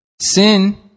Sin